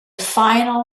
final